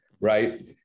Right